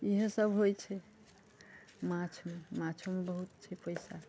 इएहे सभ होइ छै माछमे माछोमे बहुत छै पैसा